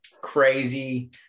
Crazy